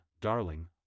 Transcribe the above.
darling